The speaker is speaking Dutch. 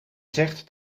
zegt